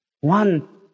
One